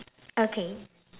okay